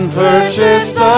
purchased